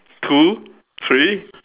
two three